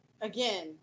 Again